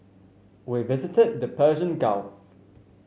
we visited the Persian Gulf